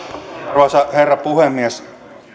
arvoisa herra puhemies